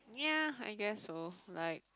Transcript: yeah I guess so like